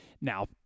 Now